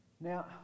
Now